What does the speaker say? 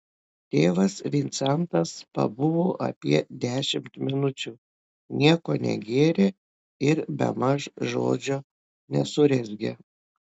tėvas vincentas pabuvo apie dešimt minučių nieko negėrė ir bemaž žodžio nesurezgė